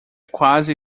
quase